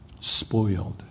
spoiled